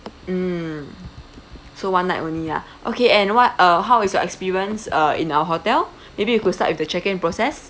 mm so one night only lah okay and what uh how is your experience uh in our hotel maybe you could start with the check-in process